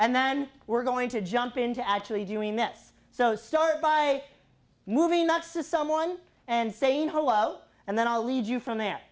and then we're going to jump into actually doing this so start by moving that says someone and saying hello and then i'll lead you from th